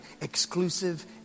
exclusive